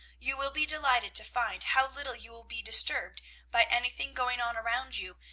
you will be delighted to find how little you will be disturbed by anything going on around you,